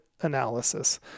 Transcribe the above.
analysis